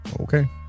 Okay